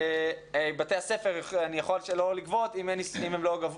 היכולת של בית ספר לגבות אם הם לא גבו,